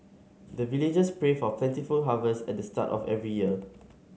the villagers pray for plentiful harvest at the start of every year